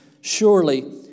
Surely